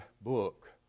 book